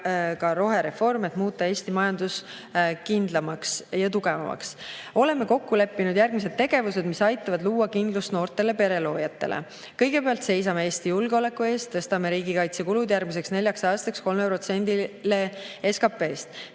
rohereforme, et muuta Eesti majandus kindlamaks ja tugevamaks. Oleme kokku leppinud järgmised tegevused, mis aitavad luua kindlust noortele pereloojatele. Kõigepealt seisame Eesti julgeoleku eest, tõstame riigikaitsekulud järgmiseks neljaks aastaks 3%‑ni SKP‑st.